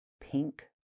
Pink